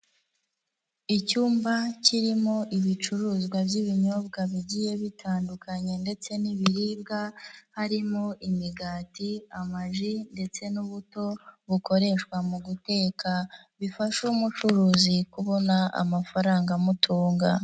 Icyumba kirimo ibicuruzwa by'ibinyobwa bigiye bitandukanye ndetse n'ibiribwa, harimo imigati, amaji ndetse n'ubuto bukoreshwa mu guteka, bifasha umucuruzi kubona amafaranga amutunga.